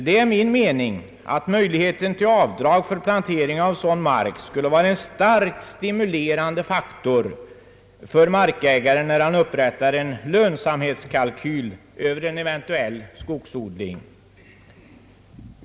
Det är min mening att möjligheten till avdrag för plantering av sådan mark skulle vara en starkt stimulerande faktor för markägaren, när han upprättar en lönsamhetskalkyl över eventuell skogsodling.